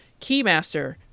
Keymaster